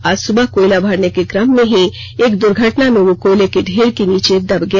आज सुबह कोयला भरने के क्रम में ही एक दुर्घटना में वह कोयले के ढेर के नीचे दब गया